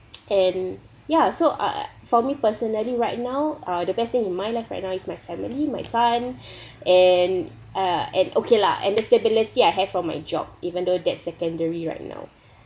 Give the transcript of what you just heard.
and ya so I for me personally right now uh the best thing in my life right now is my family my son and uh and okay lah and the stability I have from my job even though that's secondary right now